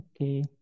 Okay